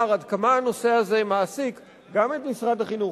עד כמה הנושא הזה מעסיק גם את משרד החינוך,